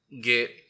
get